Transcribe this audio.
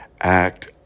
act